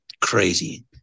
crazy